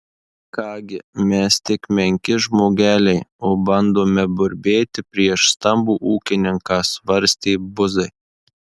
ką gi mes tik menki žmogeliai o bandome burbėti prieš stambų ūkininką svarstė buzai